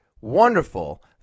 wonderful